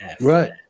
right